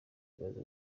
imaze